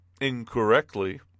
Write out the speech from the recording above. incorrectly